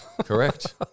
Correct